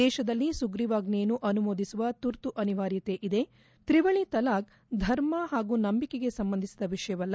ದೇತದಲ್ಲಿ ಸುಗ್ರಿವಾಜ್ಞೆಯನ್ನು ಅನುಮೋದಿಸುವ ತುರ್ತು ಅನಿವಾರ್ಯತೆ ಇದೆ ತ್ರಿವಳಿ ತಲಾಬ್ ಧರ್ಮ ಹಾಗೂ ನಂಬಿಕೆಗೆ ಸಂಬಂಧಿಸಿದ ವಿಷಯವಲ್ಲ